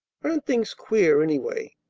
aren't things queer, anyway?